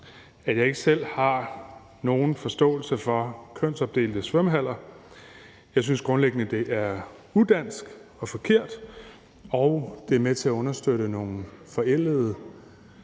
at jeg ikke selv har nogen forståelse for kønsopdelte svømmehaller. Jeg synes grundlæggende, det er udansk og forkert, og at det er med til at understøtte nogle forældede,